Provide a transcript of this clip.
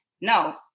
no